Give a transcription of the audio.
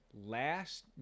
Last